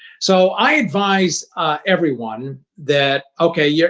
so i advise everyone that, okay, yeah